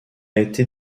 été